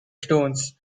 stones